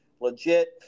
legit